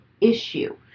issue